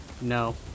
no